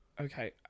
Okay